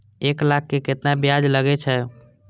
एक लाख के केतना ब्याज लगे छै?